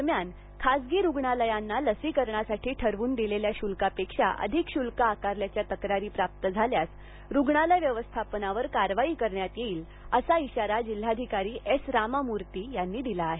दरम्यान खासगी रुग्णालयांना लसीकरणासाठी ठरवून दिलेल्या शुल्कापेक्षा अधिक शुल्क आकारल्याच्या तक्रारी प्राप्त झाल्यास रुग्णालय व्यवस्थापनावर कारवाई करण्यात येईल असा इशारा जिल्हधिकारी एस रामामूर्ती यांनी दिला आहे